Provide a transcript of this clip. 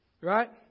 Right